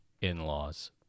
in-laws